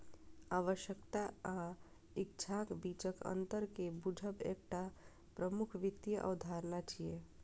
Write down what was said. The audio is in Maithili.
आवश्यकता आ इच्छाक बीचक अंतर कें बूझब एकटा प्रमुख वित्तीय अवधारणा छियै